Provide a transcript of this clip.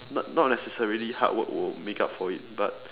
not not necessarily hard work will make up for it but